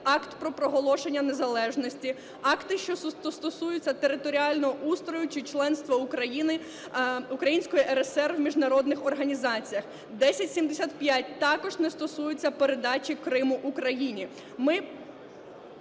Акт про проголошення незалежності, акти, що стосуються територіального устрою чи членства України, Української РСР в міжнародних організаціях. 1075 також не стосується передачі Криму Україні.